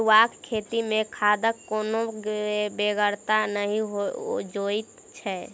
पटुआक खेती मे खादक कोनो बेगरता नहि जोइत छै